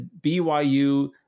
BYU